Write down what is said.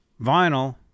vinyl